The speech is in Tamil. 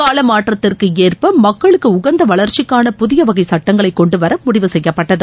கால மாற்றத்திற்கு ஏற்ப மக்களுக்கு உகந்த வளர்ச்சிக்கான புதிய வகை சட்டங்களை கொன்டுவர முடிவு செய்யப்பட்டது